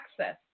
access